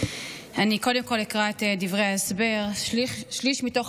אני קודם כול אקרא את דברי ההסבר: שליש מתוך